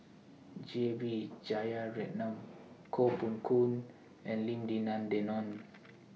J B Jeyaretnam Koh Poh Koon and Lim Denan Denon